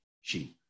sheep